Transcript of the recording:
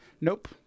Nope